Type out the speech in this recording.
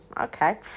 okay